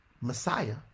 Messiah